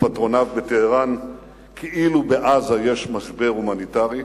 ופטרוניו בטהרן כאילו בעזה יש משבר הומניטרי.